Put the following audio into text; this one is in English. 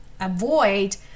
avoid